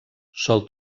sol